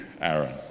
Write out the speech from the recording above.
Aaron